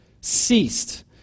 ceased